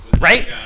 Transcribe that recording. Right